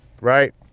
Right